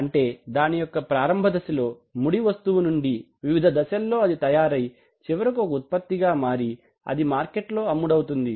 అంటే అది దాని యొక్క ప్రారంభ దశలో ముడి వస్తువు నుండి వివిధ దశల్లో అది తయారై చివరకు ఒక ఉత్పత్తి గా మారి అది మార్కెట్ లో అమ్ముడవుతుంది